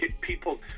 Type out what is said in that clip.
people